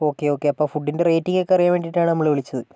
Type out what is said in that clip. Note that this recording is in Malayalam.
ഓക്കേ ഓക്കേ അപ്പോൾ ഫുഡിന്റെ റേറ്റിംഗ് ഒക്കെ അറിയാൻ വേണ്ടിയിട്ടാണ് നമ്മള് വിളിച്ചത്